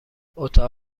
اتاق